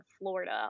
florida